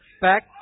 back